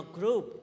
group